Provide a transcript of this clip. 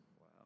Wow